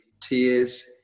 tears